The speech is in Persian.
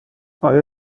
آیا